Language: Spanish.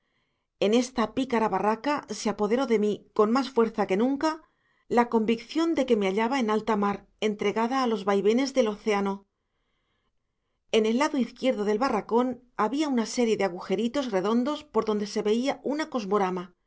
en esta pícara barraca se apoderó de mí con más fuerza que nunca la convicción de que me hallaba en alta mar entregada a los vaivenes del océano en el lado izquierdo del barracón había una serie de agujeritos redondos por donde se veía un cosmorama y